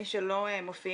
מי שלא מופיעים